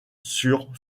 sur